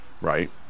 right